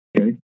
Okay